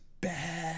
bad